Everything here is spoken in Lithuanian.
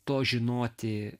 to žinoti